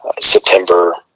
september